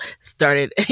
started